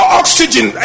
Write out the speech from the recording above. oxygen